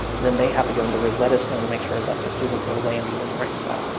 then they have to go into rosetta stone and make sure that the students are landing in the right spot.